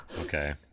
okay